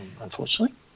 unfortunately